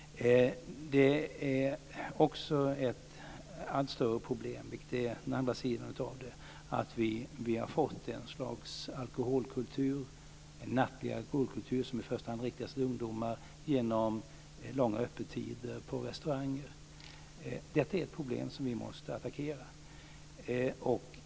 Ett allt större problem är, vilket är den andra sidan av det hela, att vi har fått en nattlig alkoholkultur som i första hand riktar sig till ungdomar genom långa öppettider på restauranger. Det problemet måste vi attackera.